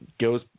goes